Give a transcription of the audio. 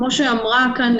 כמו שאמרה כאן,